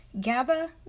GABA